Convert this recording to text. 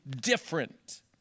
different